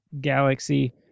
galaxy